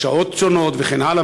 בשעות שונות וכן הלאה,